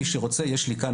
מי שרוצה יש לי כאן,